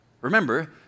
remember